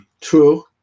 True